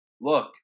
look